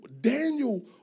Daniel